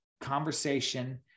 conversation